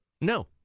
No